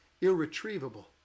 irretrievable